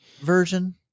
version